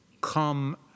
Come